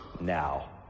now